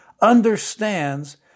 understands